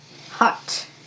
hot